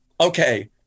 okay